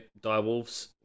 direwolves